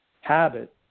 habit